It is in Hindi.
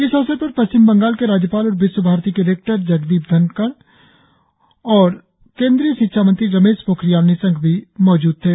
इस अवसर पर पश्चिम बंगाल के राज्यपाल और विश्वभारती के रेक्टर जगदीप धनखड और केंद्रीय शिक्षा मंत्री रमेश पोखिरियाल निशंक भी इस अवसर पर मौजूद थे